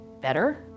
better